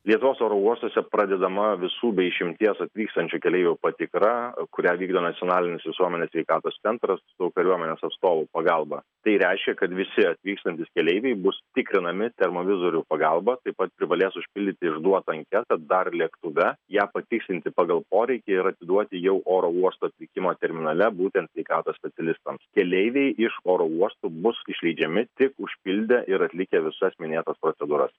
lietuvos oro uostuose pradedama visų be išimties atvykstančių keleivių patikra kurią vykdo nacionalinis visuomenės sveikatos centras su kariuomenės atstovų pagalba tai reiškia kad visi atvykstantys keleiviai bus tikrinami termovizorių pagalba taip pat privalės užpildyti išduotą anketą dar lėktuve ją patikslinti pagal poreikį ir atiduoti jau oro uosto atvykimo terminale būtent sveikatos specialistams keleiviai iš oro uosto bus išleidžiami tik užpildę ir atlikę visas minėtas procedūras